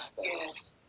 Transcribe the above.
Yes